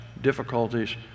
difficulties